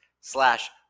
slash